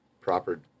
proper